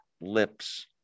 lips